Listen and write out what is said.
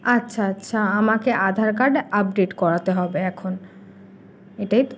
আচ্ছা আচ্ছা আমাকে আধার কার্ড আপডেট করাতে হবে এখন এটাই তো